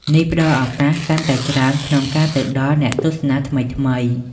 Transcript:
នេះផ្តល់ឱកាសកាន់តែច្រើនក្នុងការទៅដល់អ្នកទស្សនាថ្មីៗ។